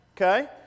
okay